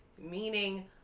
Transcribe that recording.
meaning